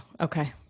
okay